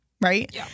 right